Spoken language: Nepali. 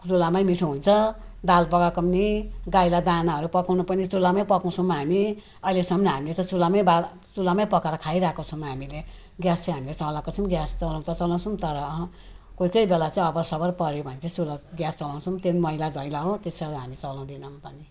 चुल्हामै मिठो हुन्छ दाल पकाएको पनि गाईलाई दानाहरू पकाउनु पनि चुल्हामै पकाउँछौँ हामी अहिलेसम्म हामीले त चुल्हामै दाल चुल्हामै पकाएर खाइरहेको छौँ हामीले ग्यास चाहिँ हामीले चलाएको छौँ ग्यास त अन्त चलाउँछौँ तर कोही कोही बेला चाहिँ अबर सबर पऱ्यो भने चाहिँ चुल्हा ग्यास चलाउँछौँ त्यो मैला धैला हो त्यसरी हामी चलाउँदिनौँ पनि